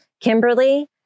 Kimberly